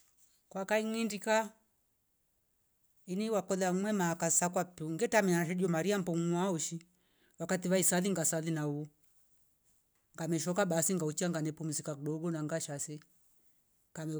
Kahing'indika ini ngamememaa ksi sakwa ngehutrania remio maria mbongo'oha hosi wakat valisali ngasali. havo ngamemeshoka ngamepumsika kidogo na ngosha se.